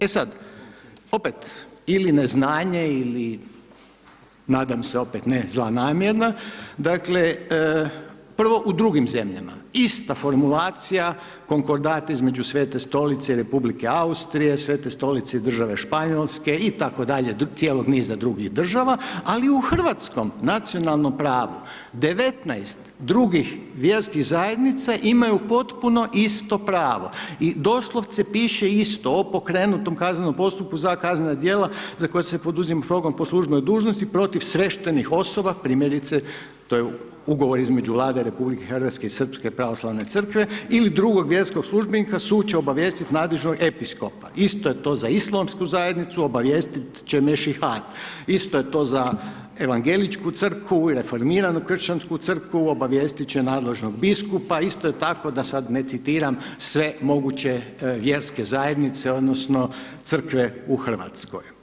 E sad, opet ili neznanje ili nadam se opet ne zla namjera, dakle prvo u drugim zemljama ista formulacija, konkordat između Svete Stolice i Republike Austrije, Svete Stolice i države Španjolske itd. cijelog niza drugih država, ali i u hrvatskom nacionalnom pravu 19 drugih vjerskih zajednica imaju potpuno isto pravo i doslovce piše isto, o pokrenutom kaznenom postupku za kaznena djela za koja se poduzima progon po službenoj dužnosti protiv sveštenih osoba, primjerice to je Ugovor između Vlade RH i Srpske pravoslavne crkve, ili drugog vjerskog službenika sud će obavijestiti nadležnog episkopa, isto je to za islamsku zajednicu obavijestit će mešihat, isto je to za Evangeličku crkvu, Reformiranu kršćansku crkvu obavijestit će nadležnog biskupa, isto je tako da sad ne citiram sve moguće vjerske zajednice odnosno crkve u Hrvatskoj.